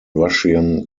russian